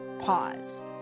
pause